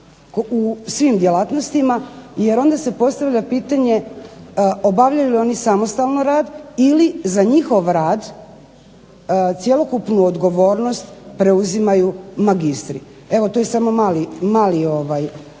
u svim djelatnostima, jer onda se postavlja pitanje obavljaju li oni samostalno rad ili za njihov rad cjelokupnu odgovornost preuzimaju magistri, to je samo mali primjer